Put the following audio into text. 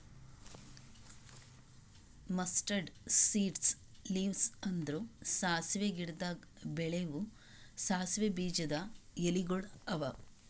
mustard seeds leaves ಅಂದುರ್ ಸಾಸಿವೆ ಗಿಡದಾಗ್ ಬೆಳೆವು ಸಾಸಿವೆ ಬೀಜದ ಎಲಿಗೊಳ್ ಅವಾ